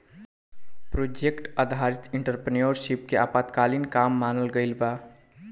project आधारित entrepreneurship के अल्पकालिक काम मानल गइल बा